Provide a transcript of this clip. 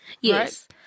Yes